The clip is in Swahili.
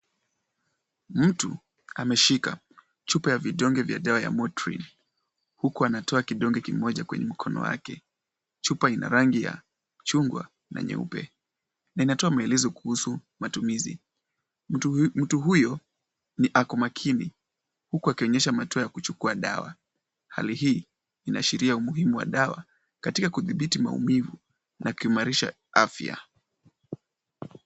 Mtu ameshika chupa ya vidonge vya dawa ya Motreal huku anatoa kidonge kimoja kwenye mkono wake, chupa ina rangi ya chungwa na nyeupe, linatoa maelezo kuhusu matumizi, mtu huyo ako makini huku akionyesha matuo ya kuchukua dawa. Hali hii inaashiria umuhimu wa dawa katika kudhibiti maumivu na kuimarisha afya.